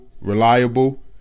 reliable